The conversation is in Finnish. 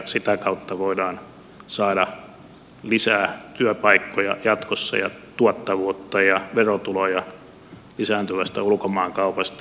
sitä kautta voidaan saada lisää työpaikkoja jatkossa ja tuottavuutta ja verotuloja lisääntyvästä ulkomaankaupasta